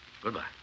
Goodbye